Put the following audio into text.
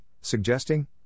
suggesting